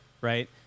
right